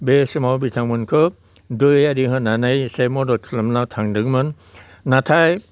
बे समाव बिथांमोनखौ दै आरि होनानै इसे मदद खालामना थांदोंमोन नाथाय